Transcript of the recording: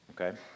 Okay